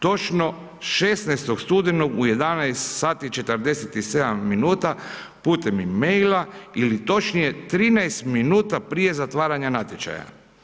Točno 16. studenog u 11 sati i 47 minuta, putem e-maila ili točnije 13 minuta prije zatvaranja natječaja.